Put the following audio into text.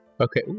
Okay